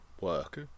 work